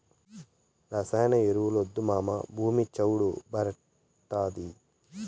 రసాయన ఎరువులొద్దు మావా, భూమి చౌడు భార్డాతాది